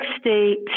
State